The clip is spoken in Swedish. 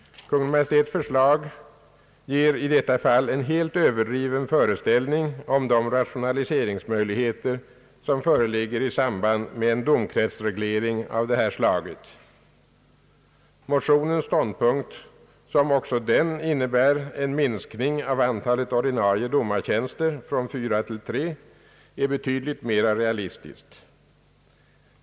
Kungl. Maj:ts förslag ger i detta fall en helt överdriven föreställning om de. rationaliseringsmöjligheter som föreligger i samband med en domkretsreglering av detta slag. Motionens ståndpunkt, som också den innebär en minskning av an talet ordinarie domartjänster från fyra till tre, är betydligt mera realistisk.